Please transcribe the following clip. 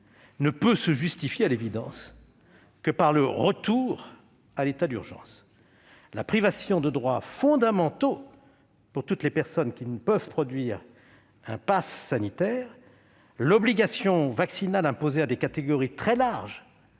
ne peut être mis en place légitimement que par le retour à l'état d'urgence sanitaire. La privation de droits fondamentaux pour toutes les personnes qui ne peuvent produire un passe sanitaire, l'obligation vaccinale imposée à des catégories très larges